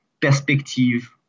perspective